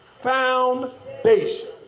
foundation